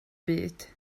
byd